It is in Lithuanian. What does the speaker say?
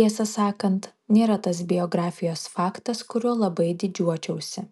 tiesą sakant nėra tas biografijos faktas kuriuo labai didžiuočiausi